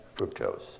fructose